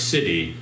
City